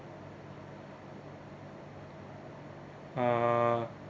uh